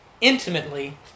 intimately